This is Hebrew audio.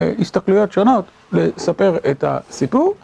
הסתכלויות שונות לספר את הסיפור.